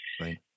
Right